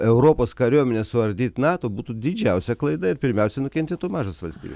europos kariuomenė suardyt nato būtų didžiausia klaida ir pirmiausia nukentėtų mažos valstybės